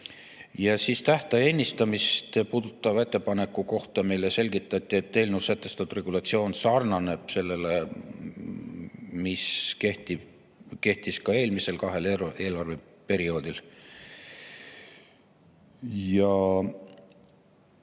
Tähtaja ennistamist puudutava ettepaneku kohta meile selgitati, et eelnõus sätestatud regulatsioon sarnaneb sellega, mis kehtis ka eelmisel kahel eelarveperioodil. Nagu